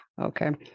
Okay